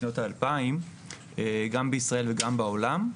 שנות האלפיים גם בישראל וגם בעולם,